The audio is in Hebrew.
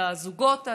לזוגות הצעירים,